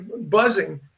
buzzing